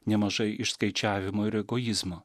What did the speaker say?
nemažai išskaičiavimo ir egoizmo